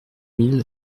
mille